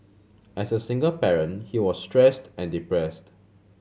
as a single parent he was stressed and depressed